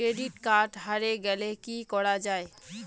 Credit card হারে গেলে কি করা য়ায়?